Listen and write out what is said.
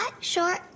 short